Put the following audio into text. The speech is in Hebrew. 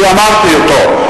שדיברתי עליו.